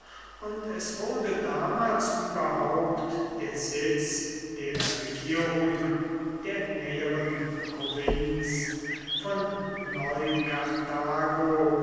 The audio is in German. und es wurde damals überhaupt der sitz der regierung der näheren provinz von